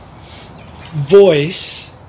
voice